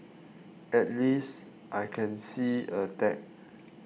at least I can see a tag